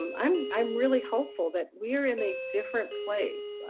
um i'm i'm really hopeful that we're in a different place